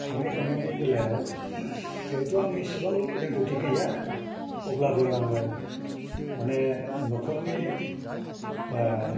संनाय खावनायनि बेलायाव जिहेतु आं एसेबां रोंगौथि गैया अब्लाबो आङो माने न'खरनि